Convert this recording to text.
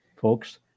folks